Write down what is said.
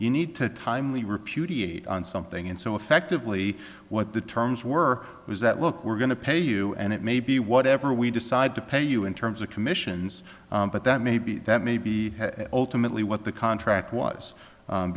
you need to timely repudiate on something and so effectively what the terms were was that look we're going to pay you and it may be whatever we decide to pay you in terms of commissions but that may be that may be ultimately what the contract was